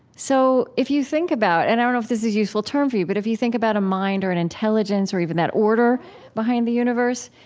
so, if you think about and i don't know if this is a useful term for you but if you think about a mind or an intelligence or even that order behind the universe,